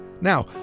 Now